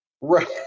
Right